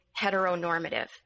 heteronormative